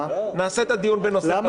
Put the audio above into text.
נעשה את הדיון בנושא חדש --- למה?